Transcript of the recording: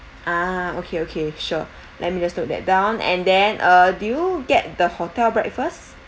ah okay okay sure let me just note that down and then uh do you get the hotel breakfast